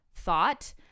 Thought